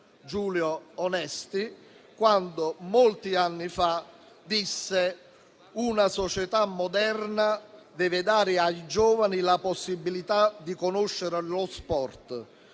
Giulio Onesti, quando molti anni fa disse: «Una società moderna deve dare ai giovani la possibilità di conoscere lo sport